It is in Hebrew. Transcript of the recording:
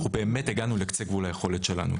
אנחנו באמת הגענו לקצה היכולת שלנו,